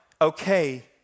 okay